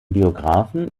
biographen